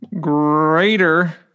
Greater